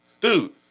Dude